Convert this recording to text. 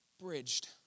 bridged